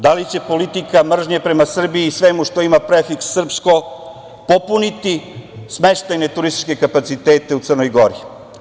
Da li će politika mržnje prema Srbiji i svemu što ima prefiks srpsko popuniti smeštajne turističke kapacitete u Crnoj Gori?